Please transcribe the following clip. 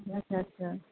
ਅੱਛਾ ਅੱਛਾ